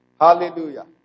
Hallelujah